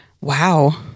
Wow